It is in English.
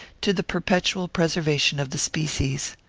to the perpetual preservation of the species.